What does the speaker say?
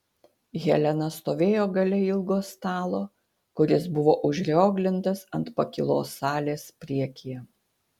helena stovėjo gale ilgo stalo kuris buvo užrioglintas ant pakylos salės priekyje